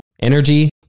energy